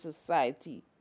society